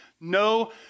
no